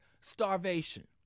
starvation